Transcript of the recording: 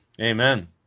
Amen